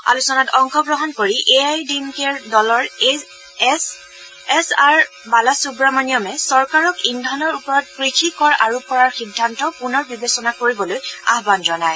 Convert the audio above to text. আলোচনাত অংশগ্ৰহণ কৰি A I A D M K দলৰ এচ আৰ বালাসুৱমণিয়মে চৰকাৰক ইন্ধনৰ ওপৰত কৃষি কৰ আৰোপ কৰাৰ সিন্ধান্ত পুনৰ বিবেচনা কৰিবলৈ আহান জনায়